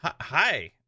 Hi